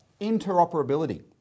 interoperability